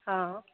ହଁ